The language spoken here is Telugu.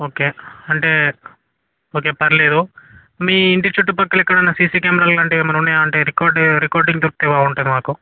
ఓకే అంటే ఓకే పర్లేదు మీ ఇంటి చుట్టు పక్కల ఎక్కడైన సీసీ కెమేరాలు లాంటివి ఏమైన ఉన్నాయా అంటే రికార్డ్ రికార్డింగ్ దొరికితే బాగుంటుంది మాకు